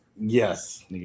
Yes